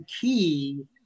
key